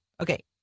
okay